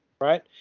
Right